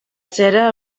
cera